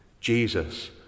Jesus